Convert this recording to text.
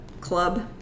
club